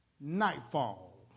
Nightfall